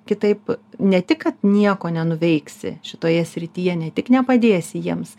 kitaip ne tik kad nieko nenuveiksi šitoje srityje ne tik nepadėsi jiems